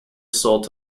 sold